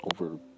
over